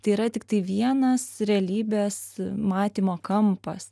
tai yra tiktai vienas realybės matymo kampas